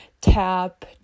tap